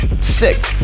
sick